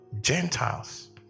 gentiles